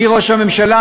אני ראש הממשלה,